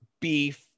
beef